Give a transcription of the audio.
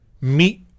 meet